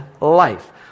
life